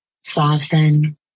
soften